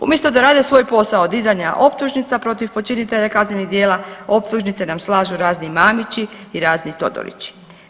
Umjesto da rade svoj posao dizanja optužnica protiv počinitelja kaznenih djela optužnice nam slažu razni Mamići i razni Todorići.